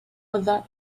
other